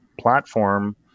platform